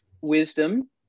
wisdom